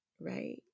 right